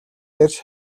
эрж